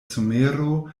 somero